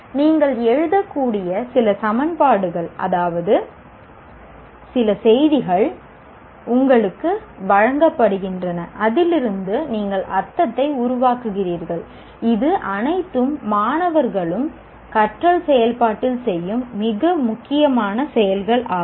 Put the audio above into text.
நீங்கள் எழுதக்கூடிய சில சமன்பாடுகள் அதாவது சில செய்திகள் உங்களுக்கு வழங்கப்படுகின்றன அதிலிருந்து நீங்கள் அர்த்தத்தை உருவாக்குகிறீர்கள் இது அனைத்து மாணவர்களும் கற்றல் செயல்பாட்டில் செய்யும் மிக முக்கியமான செயலாகும்